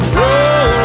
roll